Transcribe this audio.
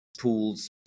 tools